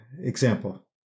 example